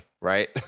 Right